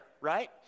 Right